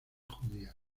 judías